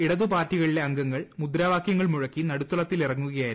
ഇടത് പാർട്ടികളിലെ അംഗങ്ങൾ മുദ്രാവാകൃങ്ങൾ മുഴക്കി നടുത്തളത്തിലിറങ്ങുകയായിരുന്നു